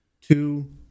two